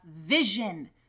vision